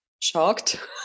shocked